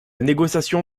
négociation